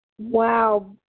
Wow